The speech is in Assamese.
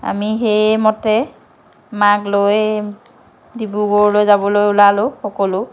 আমি সেই মতে মাক লৈ ডিব্ৰুগড়লৈ যাবলৈ ওলালোঁ সকলো